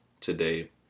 today